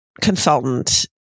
consultant